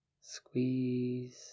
Squeeze